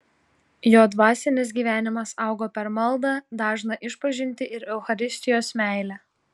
jo dvasinis gyvenimas augo per maldą dažną išpažintį ir eucharistijos meilę